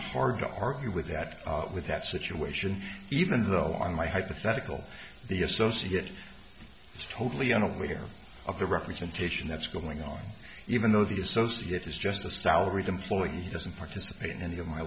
hard to argue with that with that situation even though on my hypothetical the associate is totally unaware of the representation that's going on even though the associate is just a salaried employee he doesn't participate in any of my